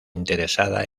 interesada